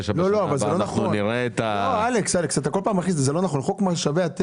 שבפעם הבאה אנחנו נראה את הכספים הללו.